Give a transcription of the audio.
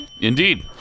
Indeed